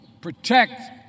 protect